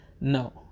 No